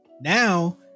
Now